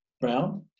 brown